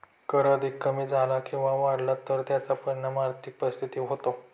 कर अधिक कमी झाला किंवा वाढला तर त्याचा परिणाम आर्थिक परिस्थितीवर होतो